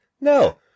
No